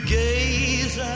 gaze